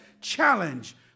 challenge